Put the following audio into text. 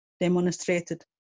demonstrated